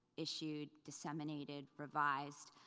issued, disseminated, revised.